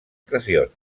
pressions